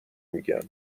میگن